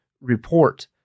report